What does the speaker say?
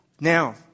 Now